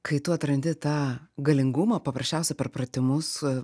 kai tu atrandi tą galingumą paprasčiausiai per pratimus